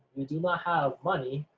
you do not have money,